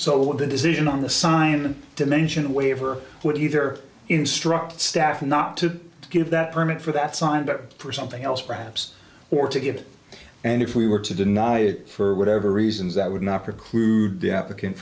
what the decision on the psion to mention a waiver would either instruct staff not to give that permit for that signed up for something else perhaps or to give and if we were to deny it for whatever reasons that would not preclude the applicant